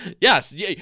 yes